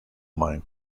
mine